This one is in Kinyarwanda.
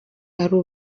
ari